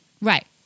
Right